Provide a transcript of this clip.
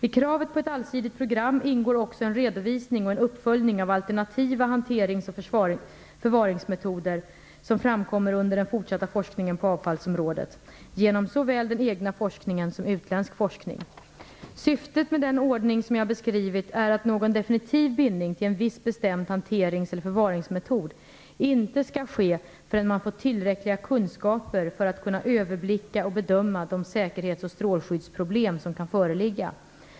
I kravet på ett allsidigt program ingår också en redovisning och en uppföljning av alternativa hanterings och förvaringsmetoder som framkommer under den fortsatta forskningen på avfallsområdet, genom såväl den egna forskningen som utländsk forskning. Syftet med den ordning som jag beskrivit är att någon definitiv bindning till en viss bestämd hanterings eller förvaringsmetod inte skall ske förrän man fått tillräckliga kunskaper för att kunna överblicka och bedöma de säkerhets och strålskyddsproblem som kan föreligga.